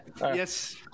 yes